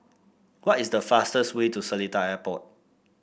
what is the fastest way to Seletar Airport